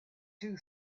two